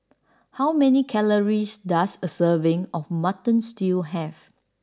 how many calories does a serving of Mutton Stew have